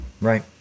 Right